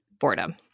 boredom